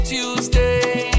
Tuesday